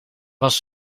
was